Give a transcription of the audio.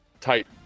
tight